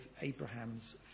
Abraham's